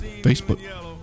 facebook